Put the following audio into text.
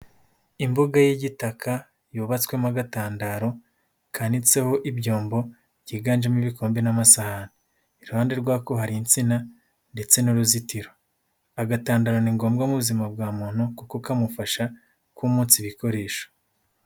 Imbuga y'igitaka, yubatswemo agatandaro kanitseho ibyombo, byiganjemo ibikombe n'amasahani, iruhande rw'ako hari insina, ndetse n'uruzitiro, agatandaro ni ngombwa mu buzima bwa muntu, kuko kamufasha kumutsa ibikoresho.